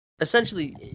essentially